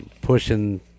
pushing